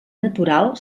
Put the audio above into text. natural